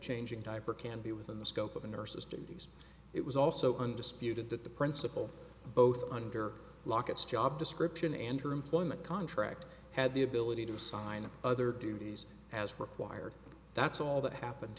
changing diaper can be within the scope of a nurse's duties it was also undisputed that the principal both under lock its job description and her employment contract had the ability to sign other duties as required that's all that happened